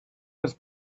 was